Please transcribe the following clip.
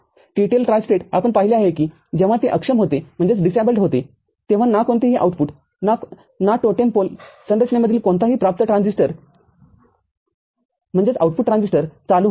TTL tristate आपण पाहिले आहे की जेव्हा ते अक्षम होतेतेव्हा ना कोणतेही आउटपुट ना टोटेम पोलसंरचनेमधील कोणताही प्राप्त ट्रान्झिस्टर चालू होतो